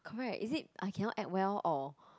correct is it I cannot act well or